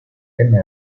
teme